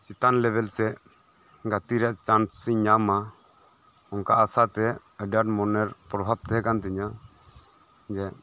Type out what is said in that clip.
ᱪᱮᱛᱟᱱ ᱞᱮᱵᱮᱞ ᱥᱮᱡ ᱜᱟᱛᱮ ᱨᱮᱭᱟᱜ ᱪᱟᱱᱥ ᱤᱧ ᱧᱟᱢᱟ ᱚᱝᱠᱟ ᱟᱥᱟ ᱛᱮ ᱟᱹᱰᱤ ᱟᱸᱴ ᱢᱚᱱᱮ ᱨᱮ ᱯᱨᱚᱵᱷᱟᱵᱽ ᱛᱟᱦᱮᱸ ᱠᱟᱱ ᱛᱤᱧᱟᱹ ᱡᱮ